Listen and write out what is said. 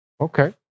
Okay